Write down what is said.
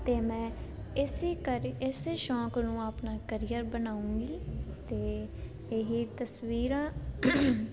ਅਤੇ ਮੈਂ ਇਸੇ ਕਰ ਇਸ ਸ਼ੌਂਕ ਨੂੰ ਆਪਣਾ ਕਰੀਅਰ ਬਣਾਉਂਗੀ ਅਤੇ ਇਹ ਤਸਵੀਰਾਂ